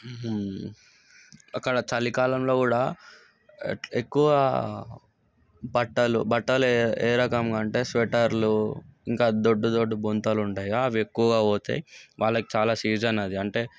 అక్కడ చలి కాలంలో కూడా ఎక్కువ బట్టలు బట్టలు ఏరకం అంటే స్వెటర్లు ఇంకా దొడ్డు దొడ్డు బొంతలు ఉంటాయి అవి ఎక్కువగా పోతాయి వాళ్ళకి చాలా సీజన్ అది అంటే